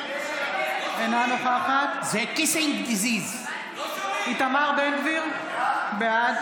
אינה נוכחת איתמר בן גביר, בעד